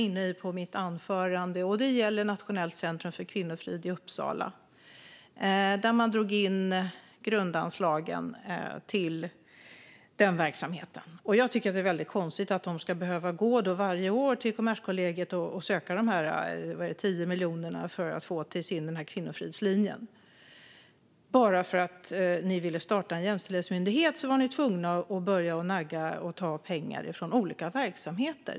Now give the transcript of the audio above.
I mitt anförande tog jag upp Nationellt centrum för kvinnofrid i Uppsala och att regeringen drog in grundanslagen. Jag tycker att det är märkligt att de varje år ska behöva gå till Kommerskollegium och söka de 10 miljonerna till Kvinnofridslinjen. Bara för att ni ville starta en jämställdhetsmyndighet var ni tvungna att ta pengar från olika verksamheter.